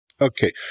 Okay